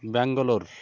Bangalore